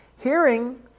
hearing